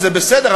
וזה בסדר,